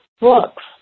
books